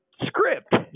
script